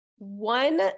One